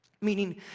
meaning